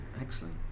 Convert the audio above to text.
excellent